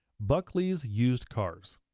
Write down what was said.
buckley's used cars.